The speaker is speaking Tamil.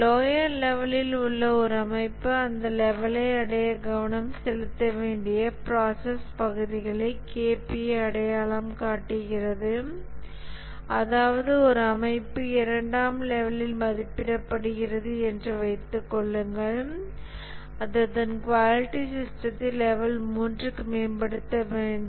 லோவர் லெவல்லில் உள்ள ஒரு அமைப்பு இந்த லெவல்லை அடைய கவனம் செலுத்த வேண்டிய ப்ராசஸ் பகுதிகளை KPA அடையாளம் காட்டுகிறது அதாவது ஒரு அமைப்பு 2 ஆம் லெவலில் மதிப்பிடப்படுகிறது என்று வைத்துக் கொள்ளுங்கள் அது அதன் குவாலிட்டி சிஸ்டத்தை லெவல் 3 க்கு மேம்படுத்த வேண்டும்